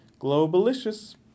Globalicious